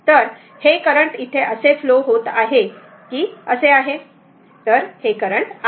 तर हे करंट असे फ्लो होत आहे की हे असे आहे